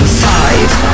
five